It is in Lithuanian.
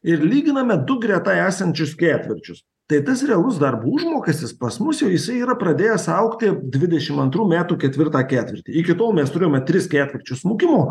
ir lyginame du greta esančius ketvirčius tai tas realus darbo užmokestis pas mus jau jisai yra pradėjęs augti dvidešim antrų metų ketvirtą ketvirtį iki tol mes turėjome tris ketvirčius smukimo